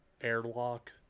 airlock